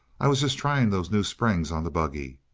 i was just trying those new springs on the buggy.